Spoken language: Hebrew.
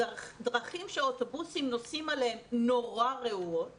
הדרכים שהאוטובוסים נוסעים עליהם נורא רעועות